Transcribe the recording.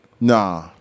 Nah